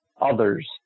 others